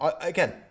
Again